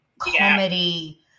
comedy